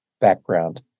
background